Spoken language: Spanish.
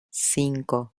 cinco